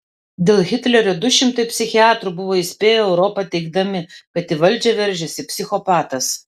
dėl hitlerio du šimtai psichiatrų buvo įspėję europą teigdami kad į valdžią veržiasi psichopatas